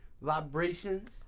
vibrations